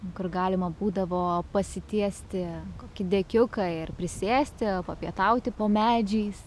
kur galima būdavo pasitiesti kokį dekiuką ir r prisėsti papietauti po medžiais